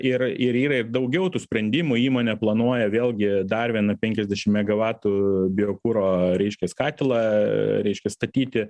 ir ir yra ir daugiau tų sprendimų įmonė planuoja vėlgi dar vieną penkiasdešim megavatų biokuro reiškias katilą reiškias statyti